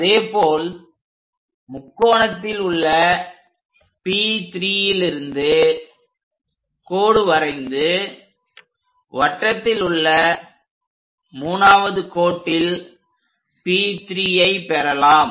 அதேபோல் முக்கோணத்தில் உள்ள P3லிருந்து கோடு வரைந்து வட்டத்தில் உள்ள 3வது கோட்டில் P3ஐ பெறலாம்